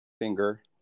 finger